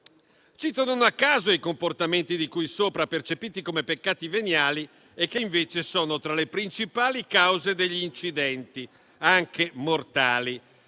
Cito non a caso i comportamenti di cui sopra, percepiti come peccati veniali e che invece sono tra le principali cause degli incidenti, anche mortali.